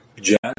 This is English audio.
Jack